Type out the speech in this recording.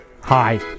Hi